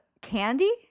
candy